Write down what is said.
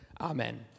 Amen